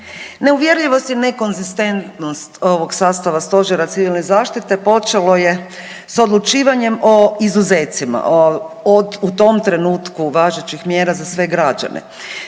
Neuvjerljivost i nekonzistentnost ovog sastava Stožera civilne zaštite počelo je s odlučivanjem o izuzecima, o, u tom trenutku važećih mjera za sve građane.